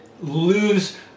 lose